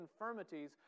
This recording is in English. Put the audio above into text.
infirmities